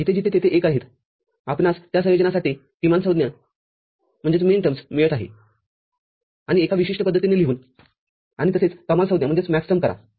आणि जिथे जिथे तेथे एक आहेत आपणास त्या संयोजनासाठी किमान संज्ञा मिळत आहे आणि एका विशिष्ट पद्धतीने लिहून आणि तसेच कमाल संज्ञा करा